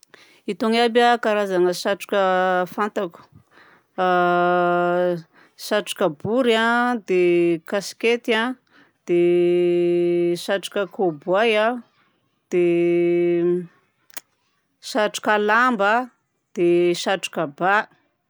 Itony aby a karazagna satroka fantako: satroka bory a, dia kaskety a, dia satroka kôbôy a, dia satroka lamba dia satroka bà.